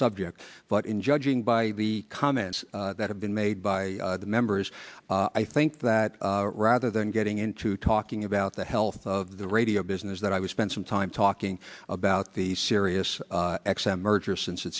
subject but in judging by the comments that have been made by the members i think that rather than getting into talking about the health of the radio business that i was spent some time talking about the serious merger since it